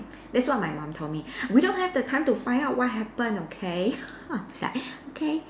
that's what my mum told me we don't have the time to find out what happen okay I was like okay